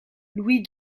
louis